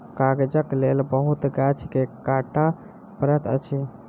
कागजक लेल बहुत गाछ के काटअ पड़ैत अछि